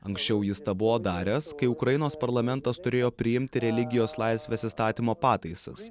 anksčiau jis tą buvo daręs kai ukrainos parlamentas turėjo priimti religijos laisvės įstatymo pataisas